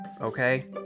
okay